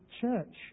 church